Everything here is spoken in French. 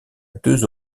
deux